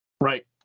Right